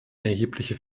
erhebliche